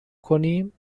کنیم